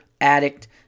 addict